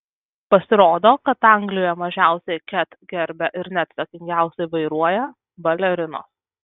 pasirodo kad anglijoje mažiausiai ket gerbia ir neatsakingiausiai vairuoja balerinos